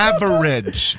Average